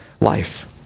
life